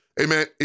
Amen